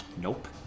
Nope